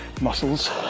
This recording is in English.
muscles